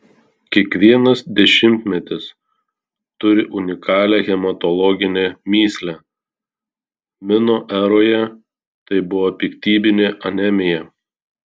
kiekvienas dešimtmetis turi unikalią hematologinę mįslę mino eroje tai buvo piktybinė anemija